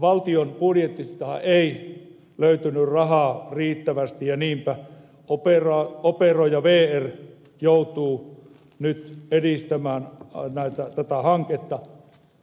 valtion budjetistahan ei löytynyt rahaa riittävästi ja niinpä operoija vr joutuu nyt edistämään